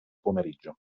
pomeriggio